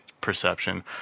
perception